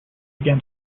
began